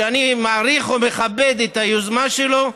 שאני מעריך ומכבד את היוזמה שלו.